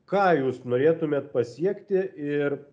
ką jūs norėtumėt pasiekti ir